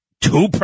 two